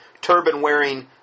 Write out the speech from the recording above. turban-wearing